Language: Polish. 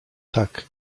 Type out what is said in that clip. tak